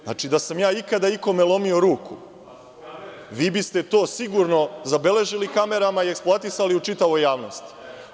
Znači, da sam ja ikada ikome lomio ruku, vi biste to sigurno zabeležili kamerama i eksploatisali u čitavoj javnosti.